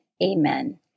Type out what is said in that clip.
Amen